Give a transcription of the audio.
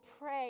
pray